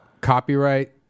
Copyright